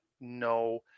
no